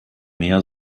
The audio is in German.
mehr